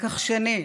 לקח שני: